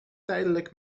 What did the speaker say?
tijdelijk